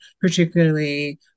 particularly